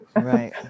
Right